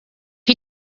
you